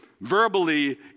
verbally